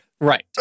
right